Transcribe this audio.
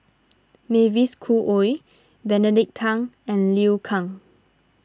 Mavis Khoo Oei Benedict Tan and Liu Kang